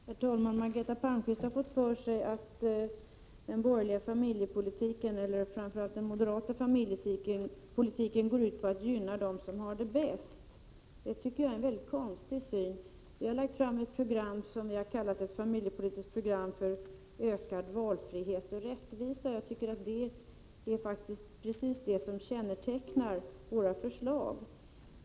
Herr talman! Margareta Palmqvist har fått för sig att den borgerliga familjepolitiken, framför allt den moderata familjepolitiken, går ut på att gynna dem som har det bäst. Det är, tycker jag, en mycket konstig syn. Vi har lagt fram ett program som vi har kallat Ett familjepolitiskt program för ökad valfrihet och rättvisa. Jag tycker att det är precis det som kännetecknar våra förslag.